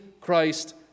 Christ